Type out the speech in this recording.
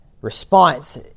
response